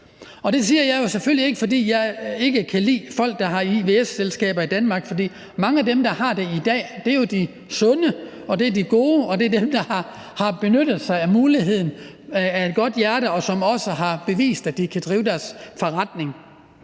Det siger jeg jo selvfølgelig ikke, fordi jeg ikke kan lide folk, der har ivs-selskaber i Danmark, for mange af dem, der har det i dag, er jo de sunde, og det er de gode, og det er dem, der har benyttet sig af muligheden af et godt hjerte, og som også har bevist, at de kan drive deres forretning.